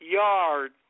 yard